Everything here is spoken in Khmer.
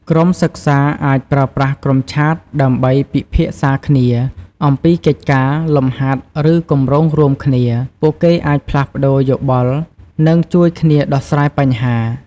ក្រុមសិក្សាអាចប្រើប្រាស់ ក្រុមឆាត ដើម្បី ពិភាក្សាគ្នា អំពីកិច្ចការ លំហាត់ ឬគម្រោងរួមគ្នា។ ពួកគេអាចផ្លាស់ប្តូរយោបល់ និងជួយគ្នាដោះស្រាយបញ្ហា។